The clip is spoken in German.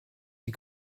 die